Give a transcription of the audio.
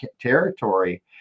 territory